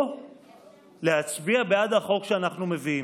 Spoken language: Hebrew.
או להצביע בעד החוק שאנחנו מביאים.